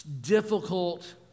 difficult